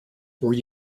were